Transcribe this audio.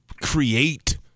create